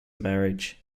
marriage